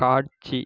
காட்சி